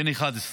בן 11,